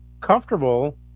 comfortable